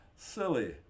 Silly